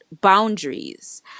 boundaries